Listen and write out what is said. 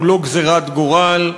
הוא לא גזירת גורל.